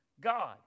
God